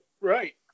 Right